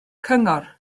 cyngor